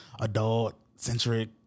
adult-centric